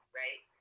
right